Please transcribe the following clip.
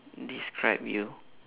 describe you